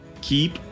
keep